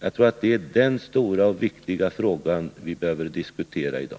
Jag tror att det är den stora och viktiga frågan vi behöver diskutera i dag.